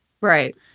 Right